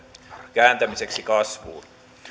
kääntämiseksi kasvuun